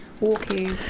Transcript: Walking